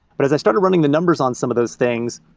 but as i started running the numbers on some of those things,